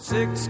Six